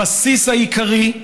הבסיס העיקרי,